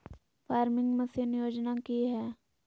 Farming machine योजना कि हैय?